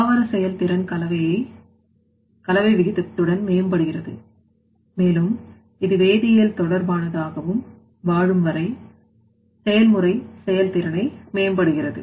தாவர செயல்திறன் கலவை விகிதத்துடன்மேம்படுகிறது மேலும் இது வேதியியல் தொடர்பானதாக வாழும் வரை செயல்முறை செயல் திறனை மேம்படுகிறது